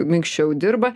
minkščiau dirba